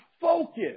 focus